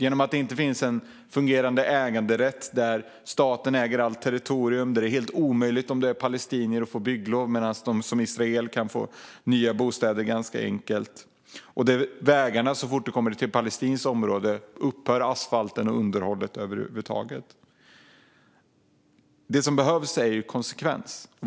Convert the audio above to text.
Eftersom staten äger allt territorium är det helt omöjligt för palestinier att få bygglov medan israeler ganska enkelt kan få nya bostäder, och så fort man kommer till ett palestinskt område upphör asfalt och underhåll på vägarna. Det som behövs är konsekvens.